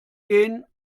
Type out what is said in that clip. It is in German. gehen